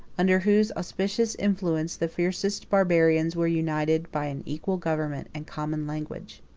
under whose auspicious influence the fiercest barbarians were united by an equal government and common language.